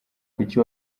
kuki